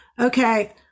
Okay